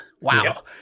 Wow